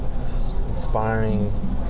inspiring